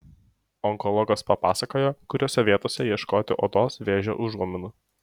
onkologas papasakojo kuriose vietose ieškoti odos vėžio užuominų